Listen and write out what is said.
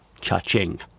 Cha-ching